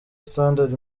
standard